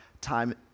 time